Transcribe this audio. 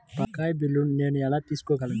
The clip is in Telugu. బకాయి బిల్లును నేను ఎలా చూడగలను?